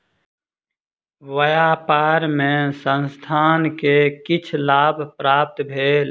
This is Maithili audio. व्यापार मे संस्थान के किछ लाभ प्राप्त भेल